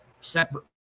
separate